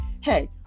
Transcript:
hey